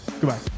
Goodbye